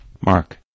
Mark